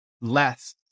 less